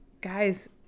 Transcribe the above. guys